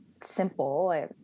simple